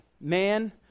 Man